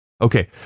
Okay